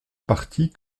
partie